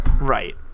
Right